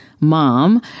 mom